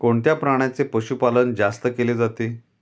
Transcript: कोणत्या प्राण्याचे पशुपालन जास्त केले जाते?